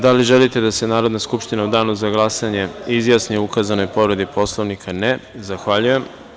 Da li želite da se Narodna skupština u danu za glasanje izjasni o ukazanoj povredi Poslovnika? (Ne) Zahvaljujem.